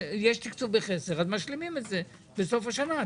יש תקצוב בחסר אז משלימים את זה בסוף השנה.